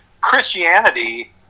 Christianity